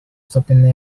stopping